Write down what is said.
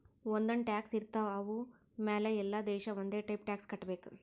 ಒಂದ್ ಒಂದ್ ಟ್ಯಾಕ್ಸ್ ಇರ್ತಾವ್ ಅವು ಮ್ಯಾಲ ಎಲ್ಲಾ ದೇಶ ಒಂದೆ ಟೈಪ್ ಟ್ಯಾಕ್ಸ್ ಕಟ್ಟಬೇಕ್